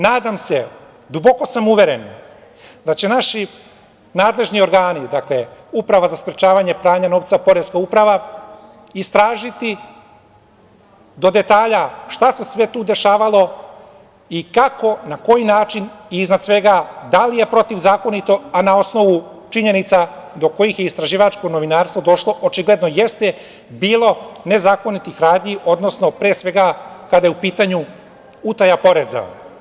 Nadam se, duboko sam uveren, da će naši nadležni organi, Uprava za sprečavanje pranja novca, Poreska uprava, istražiti do detalja šta se sve tu dešavalo i kako, na koji način i iznad svega da li je protivzakonito, a na osnovu činjenica do kojih je istraživačko novinarstvo došlo, očigledno jeste bilo nezakonitih radnji, odnosno pre svega kada je u pitanju utaja poreza.